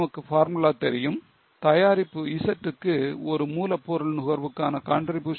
நமக்கு பார்முலா தெரியும் தயாரிப்பு Z க்கு ஒரு மூலப்பொருள் நுகர்வுக்கான contribution 0